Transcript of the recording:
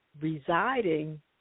residing